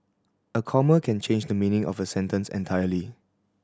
a comma can change the meaning of a sentence entirely